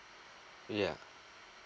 yeah